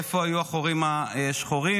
איפה היו החורים השחורים?